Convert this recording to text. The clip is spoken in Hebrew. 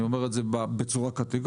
אני אומר את זה בצורה קטגורית,